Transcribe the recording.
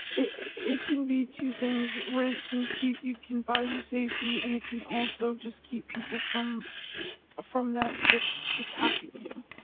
it it can be two things. rent can keep you, can buy you safety, and it can also just keep people from from like attacking you.